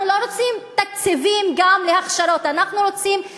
אנחנו גם לא רוצים תקציבים להכשרות.